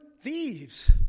thieves